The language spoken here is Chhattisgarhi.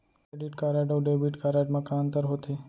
क्रेडिट कारड अऊ डेबिट कारड मा का अंतर होथे?